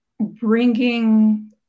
bringing